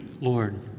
Lord